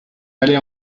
allait